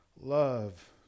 love